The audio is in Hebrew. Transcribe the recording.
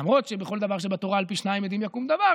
למרות שבכל דבר שבתורה על פי שניים עדים יקום דבר,